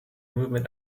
movement